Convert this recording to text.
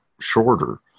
shorter